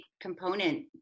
component